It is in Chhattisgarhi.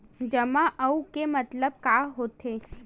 जमा आऊ के मतलब का होथे?